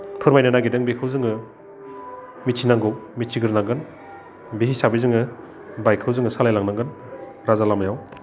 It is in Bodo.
फोरमायनो नागिरदों बेखौ जोङो मिथिनांगौ मिथिग्रोनांगोन बे हिसाबै जोङो बाइकखौ जोङो सालायलांनांगोन राजा लामायाव